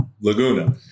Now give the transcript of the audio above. Laguna